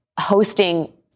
hosting